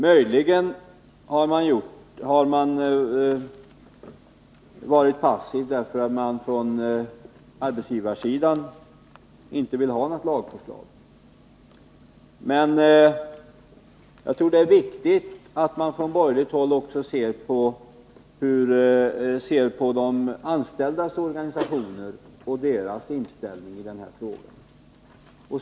Möjligen har regeringen varit passiv därför att man från arbetsgivarsidan inte vill ha något lagförslag, men jag tror det är viktigt att man från borgerligt håll också beaktar de anställdas organisationer och deras inställning till frågan.